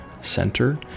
Center